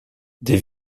des